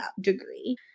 degree